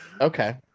Okay